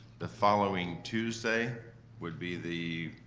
the following tuesday would be the